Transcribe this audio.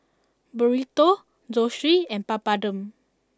Burrito Zosui and Papadum